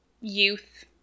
youth